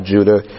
Judah